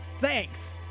thanks